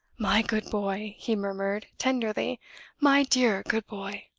my good boy! he murmured, tenderly my dear, good boy!